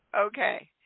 Okay